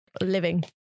Living